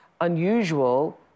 unusual